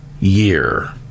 year